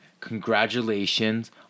Congratulations